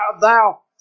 thou